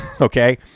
okay